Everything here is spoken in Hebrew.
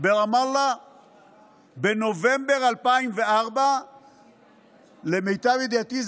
ברמאללה בנובמבר 2004. למיטב ידיעתי,